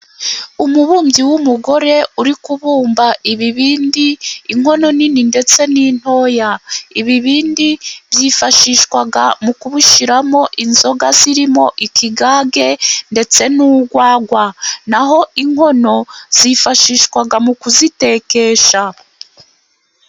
Umubumbyi w'umugore uri kubumba ibibindi, inkono nini ndetse n'intoya. Ibibindi byifashishwaga mu kubushyiramo inzoga zirimo ikigage ndetse n'urwagwa naho inkono zifashishwaga mu kuzitekesha.